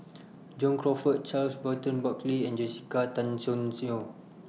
John Crawfurd Charles Burton Buckley and Jessica Tan Soon Neo